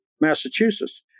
Massachusetts